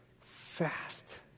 fast